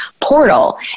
portal